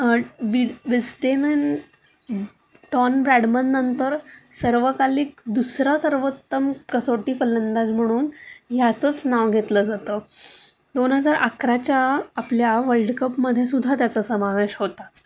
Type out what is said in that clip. विस्टेनन टॉन ब्रॅडमननंतर सर्वकालीक दुसरा सर्वोत्तम कसोटी फलंदाज म्हणून याचेच नाव घेतले जाते दोन हजार अकराच्या आपल्या वर्ल्डकपमध्ये सुद्धा त्याचा समावेश होताच